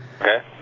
Okay